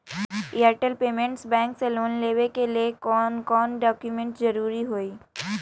Airtel payments bank से loan लेवे के ले कौन कौन डॉक्यूमेंट जरुरी होइ?